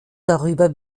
darüber